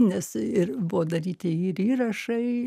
nes ir buvo daryti ir įrašai